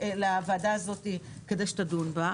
לוועדה הזאת כדי שתדון בכך